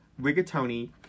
Rigatoni